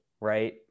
right